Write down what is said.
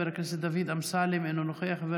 חבר